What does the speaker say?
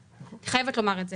אני חייבת לומר את זה.